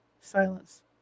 Silence